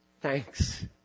Thanks